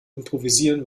improvisieren